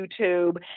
YouTube